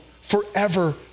forever